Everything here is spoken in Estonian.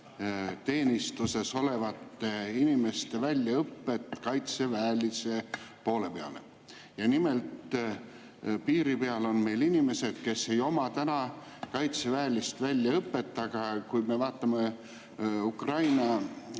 piirivalveteenistuses olevate inimeste väljaõpet kaitseväelise poole peal. Nimelt, piiri peal on meil inimesed, kes ei oma kaitseväelist väljaõpet, aga kui me vaatame Ukraina